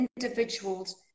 individuals